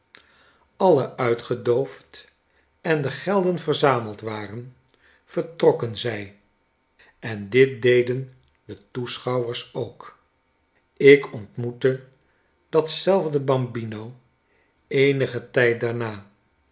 alle uitgedoofd en de gelden verzameld waren vertrokken zij en dit deden de toeschouwers ook ik ontmoette datzelfde bambino eenigen tijd daarna